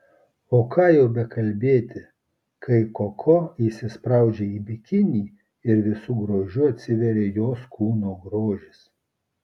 o ką jau bekalbėti kai koko įsispraudžia į bikinį ir visu grožiu atsiveria jos kūno grožis